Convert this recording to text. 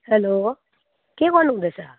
hello के गर्नु हुँदैछ